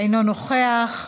אינו נוכח.